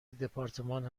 دپارتمان